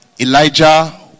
Elijah